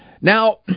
Now